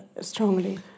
strongly